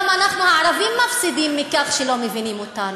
גם אנחנו הערבים מפסידים מכך שלא מבינים אותנו.